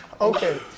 Okay